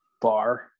bar